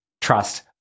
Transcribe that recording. trust